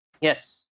Yes